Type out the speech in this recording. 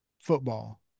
football